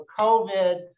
COVID